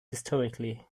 historically